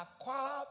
acquire